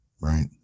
Right